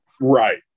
Right